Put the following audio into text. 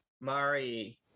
Mari